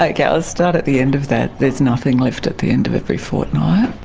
like i'll start at the end of that there's nothing left at the end of every fortnight.